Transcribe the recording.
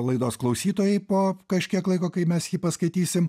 laidos klausytojai po kažkiek laiko kai mes jį paskaitysim